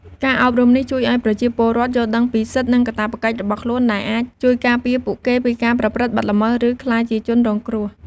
ការអប់រំនេះជួយឱ្យប្រជាពលរដ្ឋយល់ដឹងពីសិទ្ធិ និងកាតព្វកិច្ចរបស់ខ្លួន ដែលអាចជួយការពារពួកគេពីការប្រព្រឹត្តបទល្មើស ឬក្លាយជាជនរងគ្រោះ។